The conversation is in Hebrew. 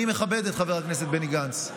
אני מכבד את חבר הכנסת בני גנץ,